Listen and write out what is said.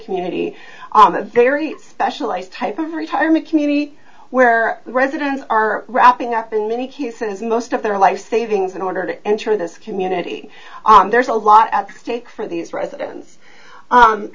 community very specialized type of retirement community where residents are wrapping up in many cases most of their life savings in order to enter this community there's a lot at stake for these residents